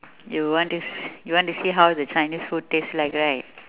you want to s~ you want to see how the chinese food taste like right